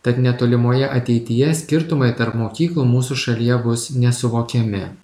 tad netolimoje ateityje skirtumai tarp mokyklų mūsų šalyje bus nesuvokiami